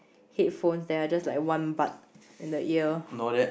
headphones that are just like one bud and the ear